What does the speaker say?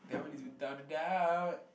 that one is without a doubt